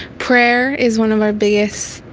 prayer is one of our biggest